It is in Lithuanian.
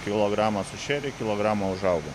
kilogramą sušėrei kilogramą užauga